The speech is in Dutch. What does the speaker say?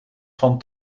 van